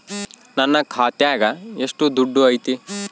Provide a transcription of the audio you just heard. ನನ್ನ ಖಾತ್ಯಾಗ ಎಷ್ಟು ದುಡ್ಡು ಐತಿ?